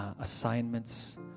assignments